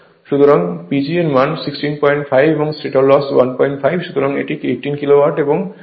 সুতরাং PG এর মান 165 এবং স্টেটরের লস 15 সুতরাং এটি 18 কিলো ওয়াট